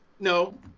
No